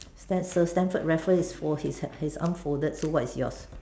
Stam~ sir Stamford Raffles is fold his his arm folded so what is yours